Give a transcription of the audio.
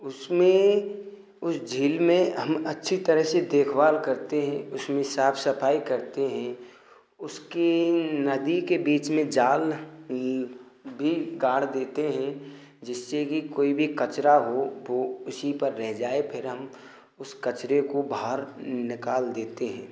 उस में उस झील में हम अच्छी तरह से देखभाल करते हैं उसमें साफ सफाई करते हें उसके नदी के बीच में जाल भी गार देते हैं जिससे कि कोई भी कचरा हो तो इसी पर रह जाए फिर हम उस कचरे को बहार निकाल देते हैं